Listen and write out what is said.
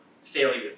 Failure